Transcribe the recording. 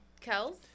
kels